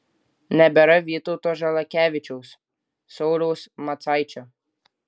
nebėra vytauto žalakevičiaus sauliaus macaičio